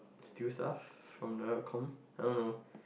still stuff from the com I don't know